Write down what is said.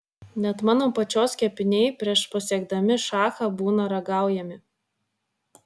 net mano pačios kepiniai prieš pasiekdami šachą būna ragaujami